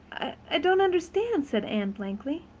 i don't understand, said anne, blankly.